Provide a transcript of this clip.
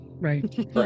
Right